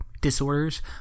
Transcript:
Disorders